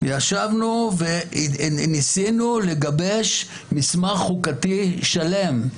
ישבנו וניסינו לגבש מסמך חוקתי שלם.